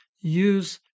use